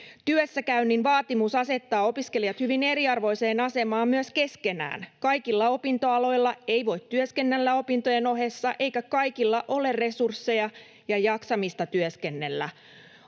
työssäkäynnin vaatimus asettaa opiskelijat hyvin eriarvoiseen asemaan myös keskenään. Kaikilla opintoaloilla ei voi työskennellä opintojen ohessa, eikä kaikilla ole resursseja ja jaksamista työskennellä.